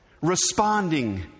responding